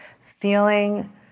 feeling